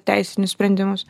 teisinius sprendimus